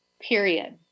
Period